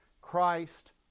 Christ